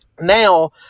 now